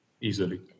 easily